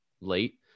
late